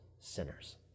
sinners